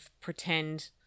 pretend